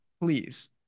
Please